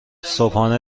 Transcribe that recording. صبحانه